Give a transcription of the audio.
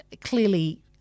clearly